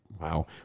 Wow